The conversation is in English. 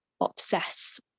obsess